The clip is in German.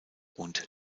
und